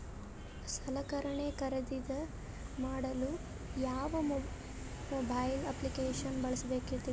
ಸಲಕರಣೆ ಖರದಿದ ಮಾಡಲು ಯಾವ ಮೊಬೈಲ್ ಅಪ್ಲಿಕೇಶನ್ ಬಳಸಬೇಕ ತಿಲ್ಸರಿ?